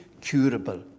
curable